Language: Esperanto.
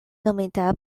nomita